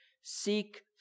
Seek